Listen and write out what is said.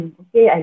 okay